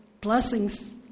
blessings